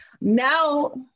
Now